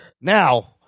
Now